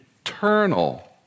eternal